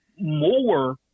more